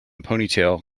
ponytail